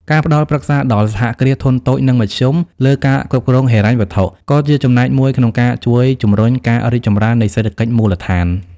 ការផ្ដល់ប្រឹក្សាដល់សហគ្រាសធុនតូច និងមធ្យម លើការគ្រប់គ្រងហិរញ្ញវត្ថុ ក៏ជាចំណែកមួយក្នុងការជួយជម្រុញការរីកចម្រើននៃសេដ្ឋកិច្ចមូលដ្ឋាន។